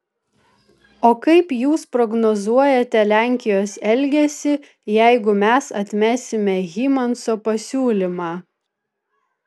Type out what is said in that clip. o kaip jūs prognozuojate lenkijos elgesį jeigu mes atmesime hymanso pasiūlymą